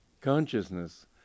consciousness